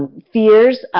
fears,